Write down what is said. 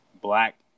black